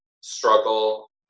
struggle